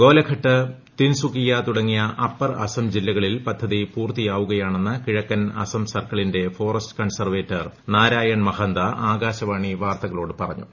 ഗോലഘട്ട് തിൻസുകിയ തുടങ്ങിയ അപ്പർ അസം ജില്ലകളിൽ പദ്ധതി പൂർത്തിയാവുകയാണെന്ന് കിഴക്കൻ അസം സർക്കിളിലെ ഫോറസ്റ്റ് കൺസർവേറ്റവർ നാരായൺ മഹന്ത ആകാശവാണി വാർത്തകളോട് പറഞ്ഞു